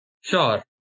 Sure